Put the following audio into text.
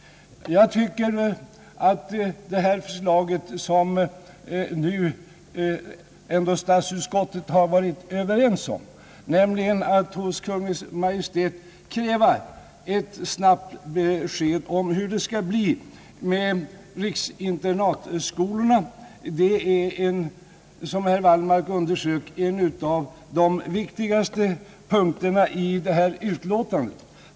Det förslag som nu statsutskottet ändå har varit överens om — att hos Kungl. Maj:t kräva ett snabbt besked om hur det skall bli med riksinternatskolorna — det är, som herr Wallmark underströk, en av de viktigaste punkterna i detta utlåtande.